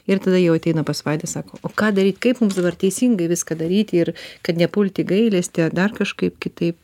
ir tada jau ateina pas vaidą sako o ką daryt kaip mums dabar teisingai viską daryti ir kad nepulti į gailestį ar dar kažkaip kitaip